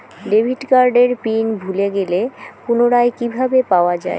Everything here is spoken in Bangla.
ডেবিট কার্ডের পিন ভুলে গেলে পুনরায় কিভাবে পাওয়া য়ায়?